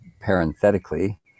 parenthetically